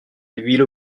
l’huile